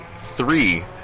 three